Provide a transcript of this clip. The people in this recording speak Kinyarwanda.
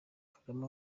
kagame